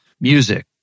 music